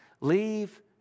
Leave